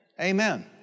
Amen